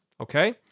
Okay